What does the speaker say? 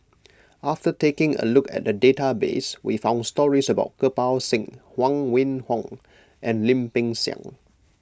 after taking a look at the database we found stories about Kirpal Singh Huang Wenhong and Lim Peng Siang